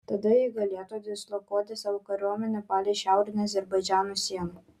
tada ji galėtų dislokuoti savo kariuomenę palei šiaurinę azerbaidžano sieną